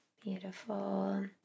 Beautiful